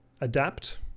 adapt